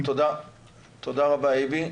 תודה רבה אייבי.